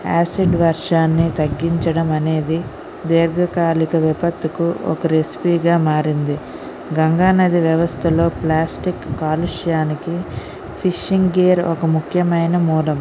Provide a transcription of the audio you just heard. acid వర్షాన్ని తగ్గించడం అనేది దీర్ఘకాలిక విపత్తుకు ఒక రెస్పి గా మారింది గంగానది వ్యవస్థలో ప్లాస్టిక్ కాలుష్యానికి ఫిషింగ్ గేర్ ఒక ముఖ్యమైన మూలం